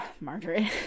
Margaret